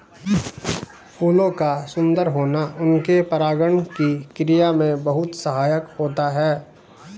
फूलों का सुंदर होना उनके परागण की क्रिया में बहुत सहायक होता है